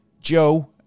Joe